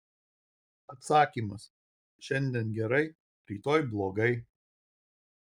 atsakymas šiandien gerai rytoj blogai